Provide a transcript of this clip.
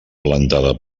plantada